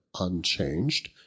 unchanged